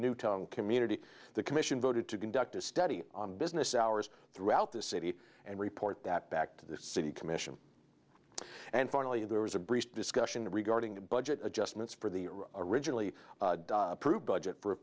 newton community the commission voted to conduct a study on business hours throughout the city and report that back to the city commission and finally there was a brief discussion regarding the budget adjustments for the originally approved budget for